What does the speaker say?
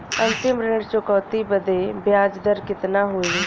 अंतिम ऋण चुकौती बदे ब्याज दर कितना होई?